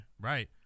right